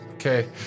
Okay